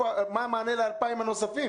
מה המענה ל-2,000 הנותרים?